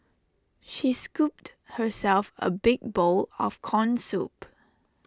she scooped herself A big bowl of Corn Soup